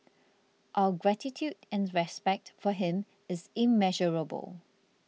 our gratitude and respect for him is immeasurable